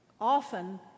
Often